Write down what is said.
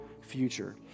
future